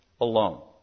alone